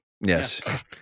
Yes